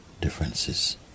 differences